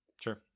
Sure